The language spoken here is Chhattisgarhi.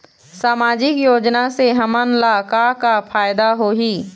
सामाजिक योजना से हमन ला का का फायदा होही?